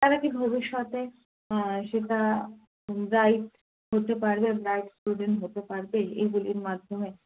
তার কি ভবিষ্যতে সেটা ব্রাইট হতে পারবে ব্রাইট স্টুডেন্ট হতে পারবে এইগুলির মাধ্যমে